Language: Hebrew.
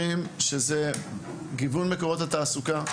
גיוון מקורות התעסוקה,